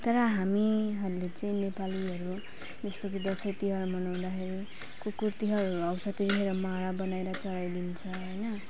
तर हामीहरूले चाहिँ नेपालीहरू जस्तो कि दसैँ तिहार मनाउँदाखेरि कुकुर तिहारहरू आउँछ त्यही भएर माला बनाएर चढाइदिन्छ होइन